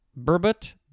burbot